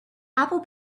apple